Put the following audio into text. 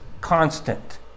constant